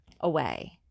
away